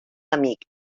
amic